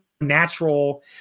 natural